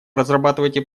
разрабатываете